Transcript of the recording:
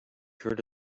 heard